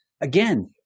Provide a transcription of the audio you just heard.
again